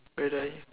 why do I